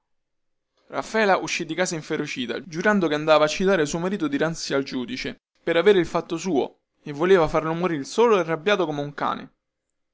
raffaela uscì di casa inferocita giurando che andava a citare suo marito dinanzi al giudice per avere il fatto suo e voleva farlo morir solo e arrabbiato come un cane